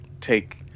take